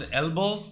elbow